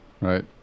Right